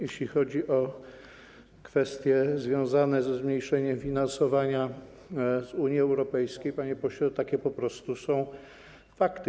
Jeśli chodzi o kwestie związane ze zmniejszeniem finansowania z Unii Europejskiej, panie pośle, takie po prostu są fakty.